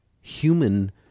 human